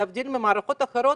להבדיל ממערכות אחרות,